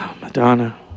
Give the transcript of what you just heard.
Madonna